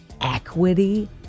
equity